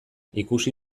ikusi